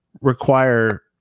require